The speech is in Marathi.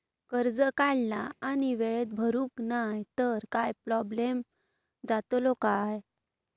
कर्ज काढला आणि वेळेत भरुक नाय तर काय प्रोब्लेम जातलो काय?